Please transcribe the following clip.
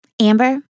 Amber